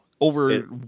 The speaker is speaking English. Over